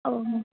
ओ हो